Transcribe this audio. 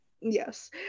Yes